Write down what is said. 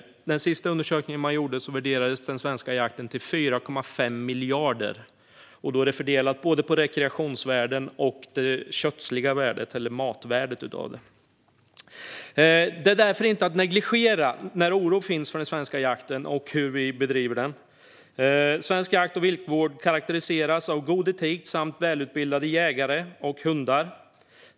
I den senaste undersökning som gjordes värderades den svenska jakten till 4,5 miljarder fördelat både på rekreationsvärdet och på matvärdet. Det är därför inte att negligera när oro finns för den svenska jakten och hur vi bedriver den. Svensk jakt och viltvård karakteriseras av god etik samt välutbildade jägare och hundar.